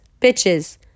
Bitches